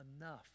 Enough